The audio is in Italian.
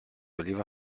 oliva